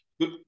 Good